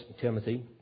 Timothy